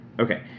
Okay